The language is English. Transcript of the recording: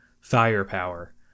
firepower